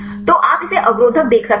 तो आप इसे अवरोधक देख सकते हैं